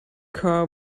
car